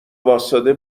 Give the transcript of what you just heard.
واستاده